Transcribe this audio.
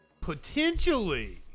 Potentially